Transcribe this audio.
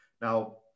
Now